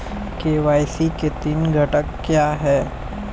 KYC के तीन घटक क्या हैं?